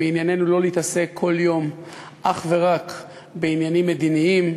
שמענייננו לא להתעסק כל יום אך ורק בעניינים מדיניים,